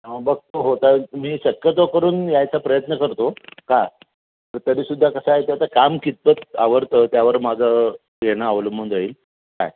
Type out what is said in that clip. हा बघतो होता मी शक्यतो करून यायचा प्रयत्न करतो का तर तरीसुद्धा कसं आहे की आता काम कितपत आवरतं त्यावर माझं येणं अवलंबून जाईल काय